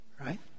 Right